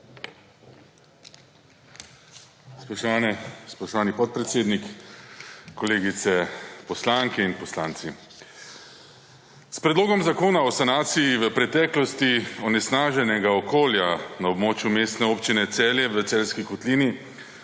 Spoštovani podpredsednik, kolegice poslanke in poslanci! S Predlogom zakona o sanaciji v preteklosti onesnaženega okolja na območju Mestne občine Celje v Celjski kotlini